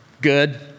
good